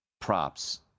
props